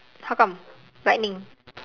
how come lightning